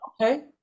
Okay